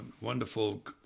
wonderful